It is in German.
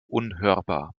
unhörbar